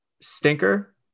stinker